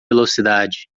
velocidade